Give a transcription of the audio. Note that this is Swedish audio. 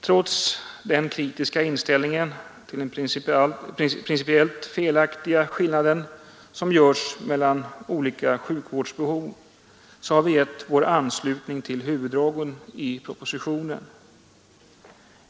Trots den kritiska inställningen till den principiellt felaktiga skillnad som görs mellan olika sjukvårdsbehov har vi givit vår anslutning till huvuddragen i propositionen.